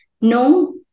no